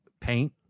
paint